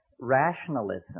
rationalism